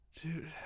dude